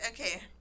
Okay